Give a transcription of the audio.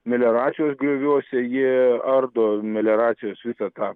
melioracijos grioviuose jie ardo melioracijos visą tą